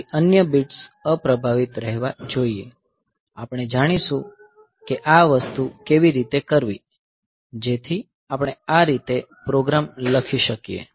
તેથી અન્ય બિટ્સ અપ્રભાવિત રહેવા જોઈએ આપણે જાણીશું કે આ વસ્તુ કેવી રીતે કરવી જેથી આપણે આ રીતે પ્રોગ્રામ લખી શકીએ